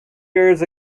years